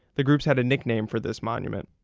the groups had a nickname for this monument,